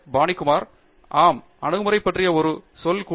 பானிகுமார் ஆம் அணுகுமுறை பற்றிய ஒரு சொல் கூட